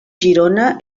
girona